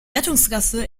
rettungsgasse